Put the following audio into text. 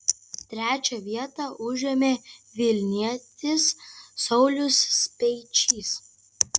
trečią vietą užėmė vilnietis saulius speičys